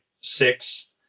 six